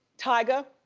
tiger,